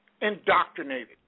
indoctrinated